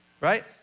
right